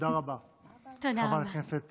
חברת הכנסת